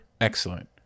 excellent